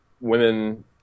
women